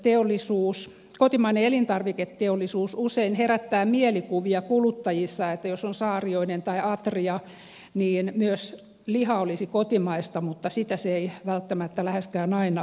nimittäin kotimainen elintarviketeollisuus usein herättää mielikuvia kuluttajissa että jos on saarioinen tai atria niin myös liha olisi kotimaista mutta sitä se ei välttämättä läheskään aina ole